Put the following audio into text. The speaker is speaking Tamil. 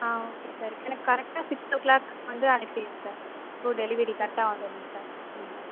ஆ ஓகே சார் எனக்கு கரெக்டா சிக்ஸ் ஓ கிளாக் வந்து அனுப்பிவிடுங்க சார் டோர் டெலிவரி கரெக்டாக வந்துடணும் சார் ம்